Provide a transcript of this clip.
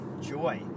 Joy